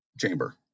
chamber